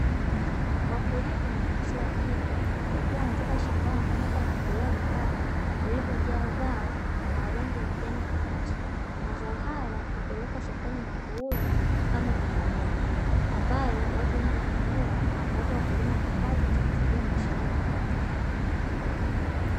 Wakulima wa jinsia ya kike wakiwa wanatoka shambani huku wamebebelea vikapu vilivyo jaa zao la rangi ya kijani kibichi, mazao haya upelekwa sokoni na kuuzwa kama mbogamboga; ambayo watu wengi hununua na kuwapa wakulima kipato cha kusaidia maisha yao ya kila siku.